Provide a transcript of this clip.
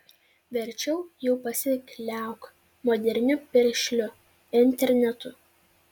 verčiau jau pasikliauk moderniu piršliu internetu